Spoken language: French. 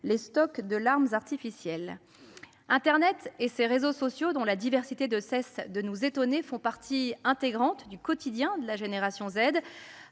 les stocks de larmes artificielles. Internet et ses réseaux sociaux dont la diversité de cesse de nous étonner font partie intégrante du quotidien de la génération Z,